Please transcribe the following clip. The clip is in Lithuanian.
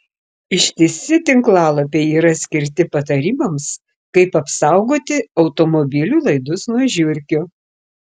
ištisi tinklalapiai yra skirti patarimams kaip apsaugoti automobilių laidus nuo žiurkių